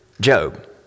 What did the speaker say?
Job